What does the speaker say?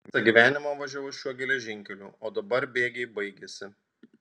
visą gyvenimą važiavau šiuo geležinkeliu o dabar bėgiai baigėsi